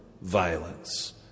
violence